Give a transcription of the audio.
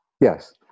Yes